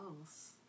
else